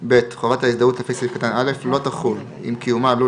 (ב) חובת ההזדהות לפי סעיף קטן (א) לא תחול אם קיומה עלול